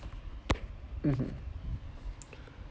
mmhmm